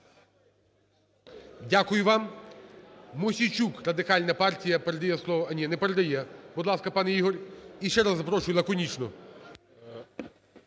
Дякую вам. Мосійчук, Радикальна партія передає слово… А, ні, не передає. Будь ласка, пане Ігор. Іще раз запрошую лаконічно.